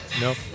Nope